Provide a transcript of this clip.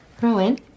Rowan